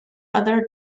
other